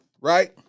Right